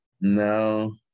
No